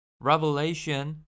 Revelation